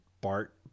BART